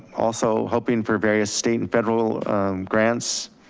also hoping for various state and federal grants.